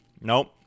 Nope